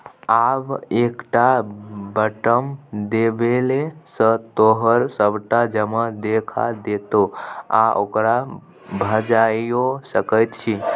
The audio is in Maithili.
आब एकटा बटम देबेले सँ तोहर सभटा जमा देखा देतौ आ ओकरा भंजाइयो सकैत छी